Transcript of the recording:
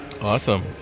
awesome